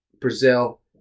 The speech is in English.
Brazil